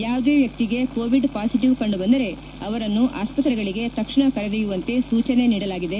ಯಾವುದೇ ವ್ಯಕ್ತಿಗೆ covid positive ಕಂಡು ಬಂದರೆ ಅವರನ್ನು ಆಸ್ಪತ್ರೆಗಳಿಗೆ ತಕ್ಷಣ ಕರೆದೊಯ್ಯುವಂತೆ ಸೂಚನೆ ನೀಡಲಾಗಿದೆ